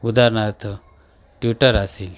उदाहरणार्थ ट्विटर असेल